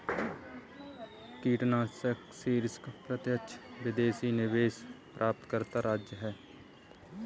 कर्नाटक शीर्ष प्रत्यक्ष विदेशी निवेश प्राप्तकर्ता राज्य है